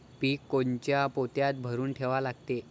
पीक कोनच्या पोत्यात भरून ठेवा लागते?